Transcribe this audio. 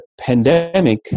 pandemic